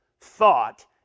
thought